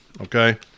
Okay